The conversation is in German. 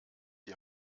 die